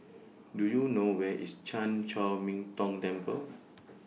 Do YOU know Where IS Chan Chor Min Tong Temple